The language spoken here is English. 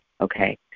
Okay